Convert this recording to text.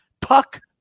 puck